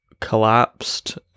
collapsed